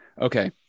Okay